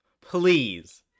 Please